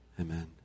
Amen